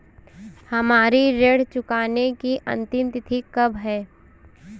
हमारी ऋण चुकाने की अंतिम तिथि कब है?